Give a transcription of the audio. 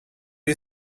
you